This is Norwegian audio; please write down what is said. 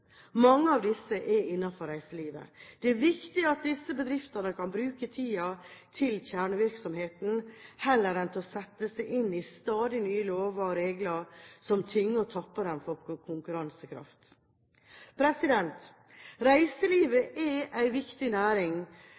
viktig at disse bedriftene kan bruke tiden til kjernevirksomheten heller enn til å sette seg inn i stadig nye lover og regler som tynger og tapper dem for konkurransekraft. Reiselivet er en viktig næring